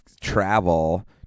travel